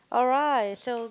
alright so